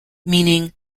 meaning